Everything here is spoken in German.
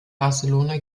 barcelona